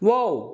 wow